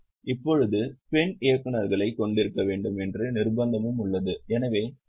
இப்போது பெண் இயக்குநர்களைக் கொண்டிருக்க வேண்டும் என்ற நிர்பந்தமும் உள்ளது